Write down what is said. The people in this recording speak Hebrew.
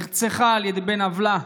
נרצחה על ידי בן עוולה.